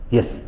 Yes